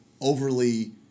overly